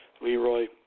Leroy